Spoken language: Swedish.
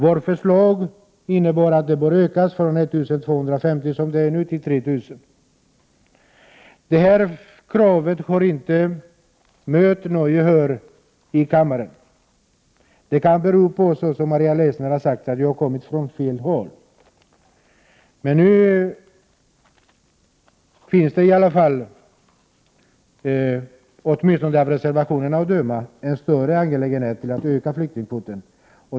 Vårt förslag innebär att flyktingkvoten skall ökas från 1 250, som den nu är, till 3 000. Det här kravet har inte fått gehör i kammaren. Det kan bero, som Maria Leissner sade, på att det har kommit från fel håll. Nu finns det i alla fall, åtminstone av reservationerna att döma, större intresse för att öka flyktingkvoten.